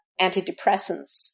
antidepressants